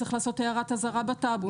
צריך לעשות הערת אזהרה בטאבו,